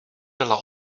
byla